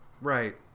Right